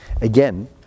Again